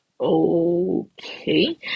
Okay